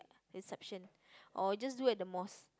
reception or just do at the mosque